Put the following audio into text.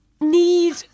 need